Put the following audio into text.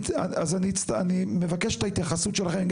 אז אני מבקש את ההתייחסות שלכם,